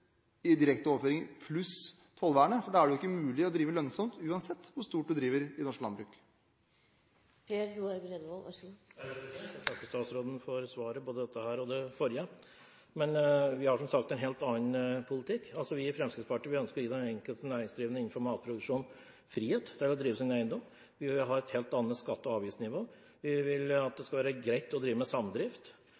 i direkte overføringer, pluss tollvernet, for da er det ikke mulig å drive lønnsomt, uansett hvor stort du driver i norsk landbruk. Jeg takker statsråden for svaret på dette og det forrige spørsmålet. Vi har som sagt en helt annen politikk. Vi i Fremskrittspartiet ønsker å gi den enkelte næringsdrivende innenfor matproduksjon frihet til å drive sin eiendom. Vi vil ha et helt annet skatte- og avgiftsnivå. Vi vil at det